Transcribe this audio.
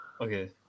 Okay